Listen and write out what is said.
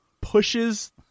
pushes